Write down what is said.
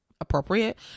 appropriate